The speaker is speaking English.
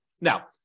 Now